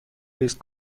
لیست